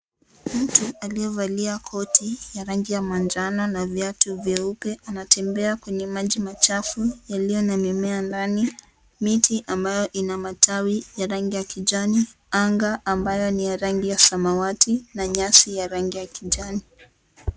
Mtu aliyevalia koti ya rangi ya manjano na viatu vyeupe anatembea kwenye maji machafu yaliyona mimea ndani. Miti ambayo ina matawi ya rangi ya kijani. Anga ambayo ni ya rangi ya samawati na nyasi ya rangi ya kijani.